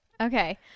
Okay